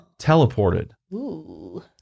teleported